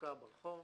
זרוקה ברחוב,